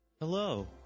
Hello